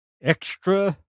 extra